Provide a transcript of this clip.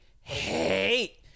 hate